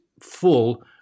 full